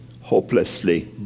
hopelessly